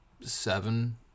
seven